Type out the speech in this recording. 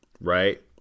right